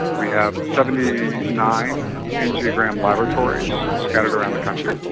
we have seventy nine angiogram laboratories scattered around the country,